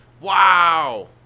Wow